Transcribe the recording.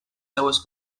seves